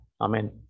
amen